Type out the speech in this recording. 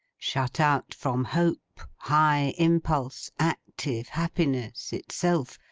shut out from hope, high impulse, active happiness, itself,